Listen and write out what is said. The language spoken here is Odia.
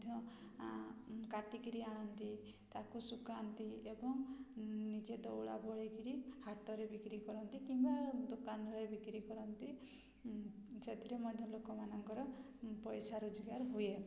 ମଧ୍ୟ କାଟିକରି ଆଣନ୍ତି ତାକୁ ଶୁଖାନ୍ତି ଏବଂ ନିଜେ ଦଉଡ଼ା ବୋଳିକିରି ହାଟରେ ବିକ୍ରି କରନ୍ତି କିମ୍ବା ଦୋକାନରେ ବିକ୍ରି କରନ୍ତି ସେଥିରେ ମଧ୍ୟ ଲୋକମାନଙ୍କର ପଇସା ରୋଜଗାର ହୁଏ